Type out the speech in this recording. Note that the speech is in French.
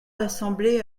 l’assemblée